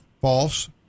false